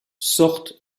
sortent